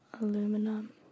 aluminum